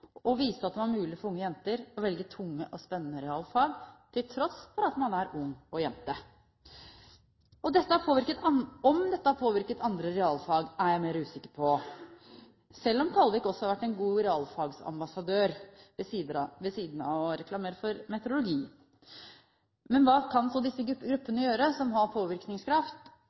og viste at det var mulig for unge jenter å velge tunge og spennende realfag til tross for at man er ung og jente. Om dette har påvirket andre realfag, er jeg mer usikker på, selv om Kalvig også har vært en god realfagambassadør ved siden av å reklamere for meteorologi. Men hva kan så disse gruppene gjøre som har påvirkningskraft?